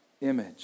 image